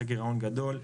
אחרי גירעון גדול,